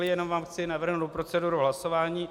Jenom vám chci navrhnout proceduru hlasování.